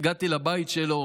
הגעתי לבית שלו